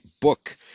book